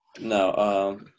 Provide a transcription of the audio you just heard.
No